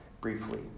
briefly